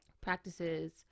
practices